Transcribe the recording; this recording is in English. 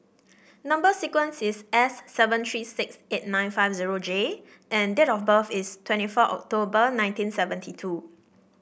number sequence is S seven three six eight nine five zero J and date of birth is twenty four October nineteen seventy two